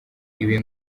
ibi